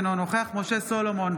אינו נוכח משה סולומון,